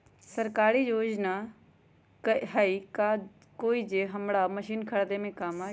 सरकारी योजना हई का कोइ जे से हमरा मशीन खरीदे में काम आई?